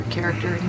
character